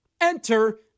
Enter